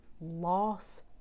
Loss